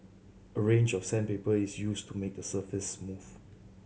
a range of sandpaper is used to make the surface smooth